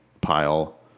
pile